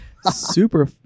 super